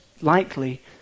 likely